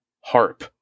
Harp